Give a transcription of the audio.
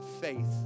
faith